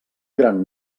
gran